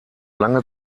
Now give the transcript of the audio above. lange